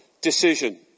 decision